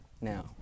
Now